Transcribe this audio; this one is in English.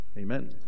Amen